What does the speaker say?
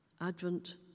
Advent